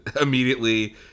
immediately